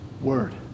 word